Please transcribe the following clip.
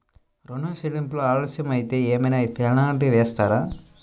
ఋణ చెల్లింపులు ఆలస్యం అయితే ఏమైన పెనాల్టీ వేస్తారా?